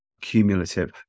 cumulative